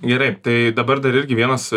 gerai tai dabar dar irgi vienas